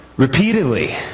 Repeatedly